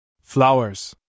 Flowers